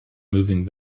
moving